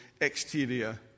exterior